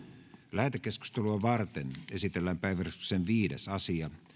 lähetekeskustelua varten esitellään päiväjärjestyksen viides asia